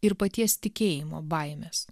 ir paties tikėjimo baimės